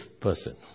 person